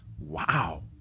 Wow